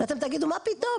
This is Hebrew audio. ואתם תגידו מה פתאום,